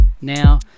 Now